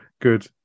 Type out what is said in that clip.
good